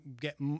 get